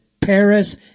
Paris